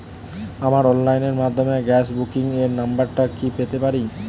আমার অনলাইনের মাধ্যমে গ্যাস বুকিং এর নাম্বারটা কি পেতে পারি?